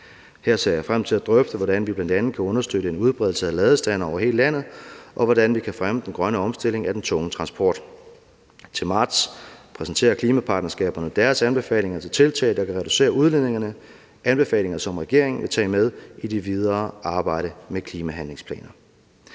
Her ser jeg frem til at drøfte, hvordan vi blandt andet kan understøtte en udbredelse af ladestandere over hele landet, og hvordan vi kan fremme den grønne omstilling af den tunge transport. Til marts præsenterer klimapartnerskaberne deres anbefalinger til tiltag, der kan reducere udledningerne; anbefalinger, som regeringen vil tage med i det videre arbejde med klimahandlingsplanerne.